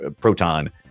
Proton